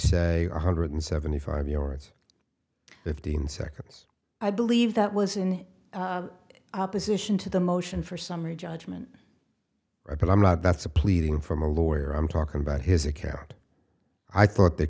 one hundred seventy five yards fifteen seconds i believe that was in opposition to the motion for summary judgment but i'm not that's a pleading from a lawyer i'm talking about his account i thought they